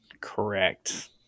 Correct